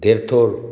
धेरथोर